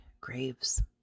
graves